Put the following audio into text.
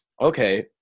okay